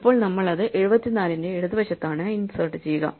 ഇപ്പോൾ നമ്മൾ അത് 74 ന്റെ ഇടതുവശത്താണ് ഇൻസേർട്ട് ചെയ്യുക